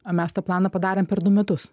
o mes tą planą padarėm per du metus